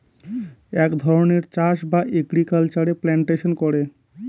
এক ধরনের চাষ বা এগ্রিকালচারে প্লান্টেশন করে